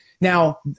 now